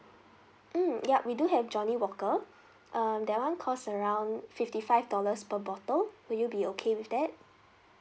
mm yup we do have johnnie walker um that [one] cost around fifty five dollars per bottle would you be okay with that